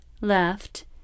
left